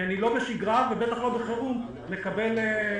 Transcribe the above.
כי אני לא בשגרה ובטח לא בחירום מקבל מזונות.